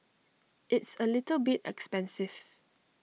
it's A little bit expensive